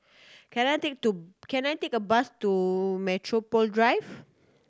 can I take to can I take a bus to Metropole Drive